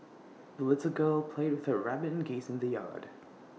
the little girl played with her rabbit and geese in the yard